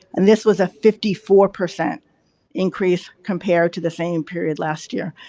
and this was a fifty four percent increase compared to the same period last year.